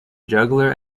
juggler